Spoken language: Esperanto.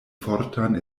fortan